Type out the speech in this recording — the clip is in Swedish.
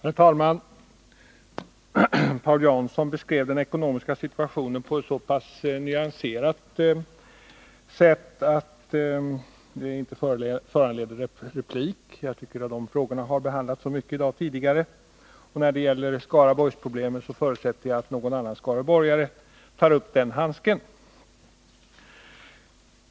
Herr talman! Paul Jansson beskrev den ekonomiska situationen på ett så pass nyanserat sätt att det inte föranleder replik. Jag tycker att de frågorna har behandlats så mycket tidigare i dag. Och när det gäller Skaraborgsproblemen förutsätter jag att någon annan skaraborgare tar upp den handsken.